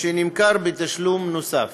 שנמכר בתשלום נוסף,